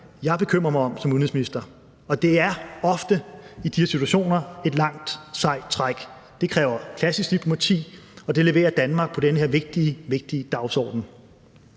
jeg bekymrer mig om som udenrigsminister, og det er ofte i de her situationer et langt, sejt træk. Det kræver klassisk diplomati, og det leverer Danmark på den her vigtige, vigtige dagsorden.